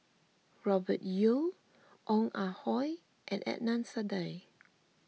Robert Yeo Ong Ah Hoi and Adnan Saidi